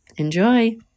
Enjoy